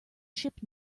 ship